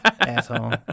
asshole